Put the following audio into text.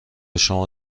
شما